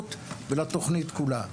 ולראשות כולה.